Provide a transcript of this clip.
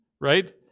right